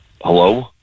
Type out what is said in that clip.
Hello